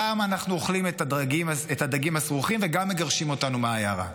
אנחנו גם אוכלים את הדגים הסרוחים וגם מגרשים אותנו מהעיירה.